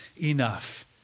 enough